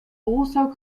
also